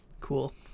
cool